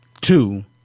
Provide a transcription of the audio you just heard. two